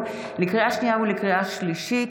לקריאה שנייה ולקריאה שלישית,